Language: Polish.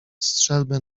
strzelbę